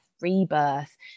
rebirth